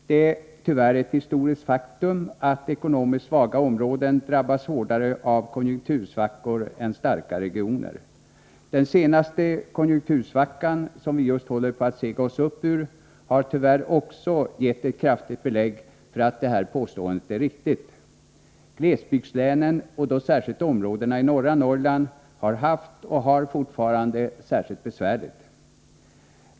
Det är tyvärr ett historiskt faktum att ekonomiskt svaga områden drabbas hårdare av konjunktursvackor än starka regioner. Den senaste konjunktursvackan, som vi just håller på att sega oss upp ur, har tyvärr också gett ett kraftigt belägg för att detta påstående är riktigt. Glesbygdslänen, och då särskilt områdena i norra Norrland, har haft det och har fortfarande särskilt besvärligt.